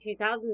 2000s